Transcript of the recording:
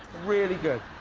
really good.